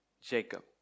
Jacob